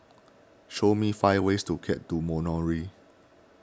show me five ways to get to Moroni